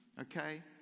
Okay